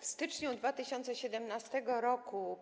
W styczniu 2017 r.